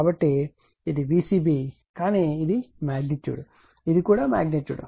కాబట్టి ఇది Vcb కానీ ఇది ఒక మగ్నిట్యూడ్ ఇది కూడా మగ్నిట్యూడ్